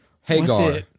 Hagar